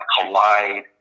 collide